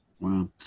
Wow